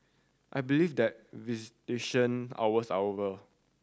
I believe that visitation hours are over